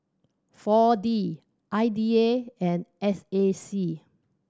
Four D I D A and S A C